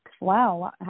Wow